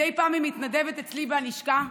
מדי פעם היא מתנדבת אצלי בלשכה.